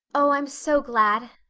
oh, i'm so glad,